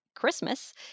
Christmas